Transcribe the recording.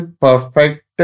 perfect